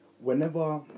whenever